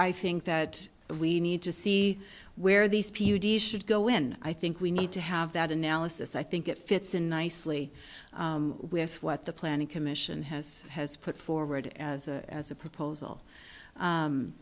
i think that we need to see where these should go in i think we need to have that analysis i think it fits in nicely with what the planning commission has has put forward as a as a proposal